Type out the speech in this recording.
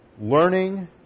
learning